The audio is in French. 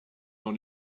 dans